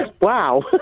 Wow